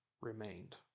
remained